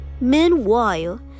Meanwhile